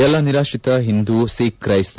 ಎಲ್ಲಾ ನಿರಾತ್ರಿತ ಹಿಂದೂ ಸಿಖ್ ಕ್ರೈಸ್ತ